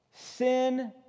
Sin